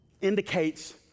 indicates